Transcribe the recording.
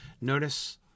Notice